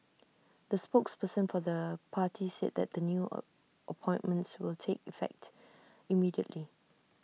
the spokesperson for the party said that the new A appointments will take effect immediately